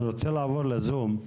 אני רוצה לעבור לזום,